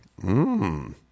Mmm